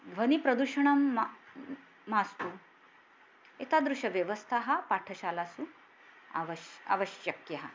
ध्वनिप्रदूषणं म मास्तु एतादृशव्यवस्थाः पाठशालासु अवश्यम् आवश्यक्यः